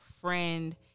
friend